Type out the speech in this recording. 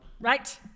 right